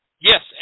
Yes